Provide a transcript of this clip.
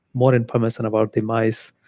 more information about the mice,